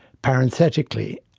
parenthetically,